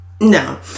no